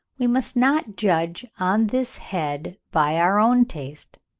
we must not judge on this head by our own taste,